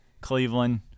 cleveland